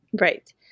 Right